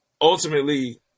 ultimately